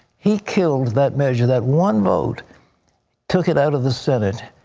he killed that measure. that one vote took it out of the senate.